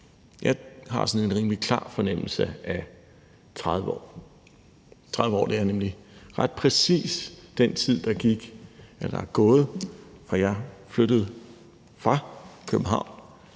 Jeg har sådan en rimelig klar fornemmelse af 30 år. 30 år er nemlig ret præcis den tid, der er gået, fra jeg flyttede fra København